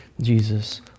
Jesus